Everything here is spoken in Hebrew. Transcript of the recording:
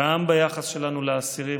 גם ביחס שלנו לאסירים.